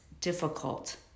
difficult